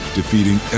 defeating